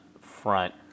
front